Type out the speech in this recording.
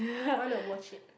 I want to watch it